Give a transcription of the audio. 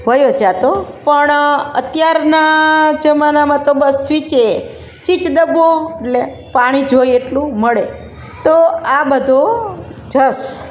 વહ્યો જતો પણ અત્યારના જમાનામાં બસ સ્વિચ દબાવો એટલે પાણી જોઈએ એટલું મળે તો આ બધો જશ